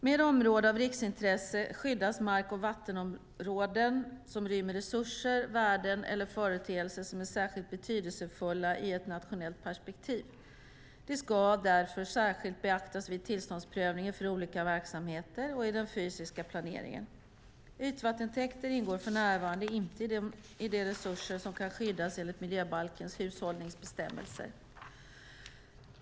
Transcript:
Med områden av riksintresse skyddas mark och vattenområden som rymmer resurser, värden eller företeelser som är särskilt betydelsefulla i ett nationellt perspektiv. De ska därför särskilt beaktas vid tillståndsprövningen för olika verksamheter och i den fysiska planeringen. Ytvattentäkter ingår för närvarande inte i de resurser som kan skyddas enligt miljöbalkens hushållningsbestämmelser.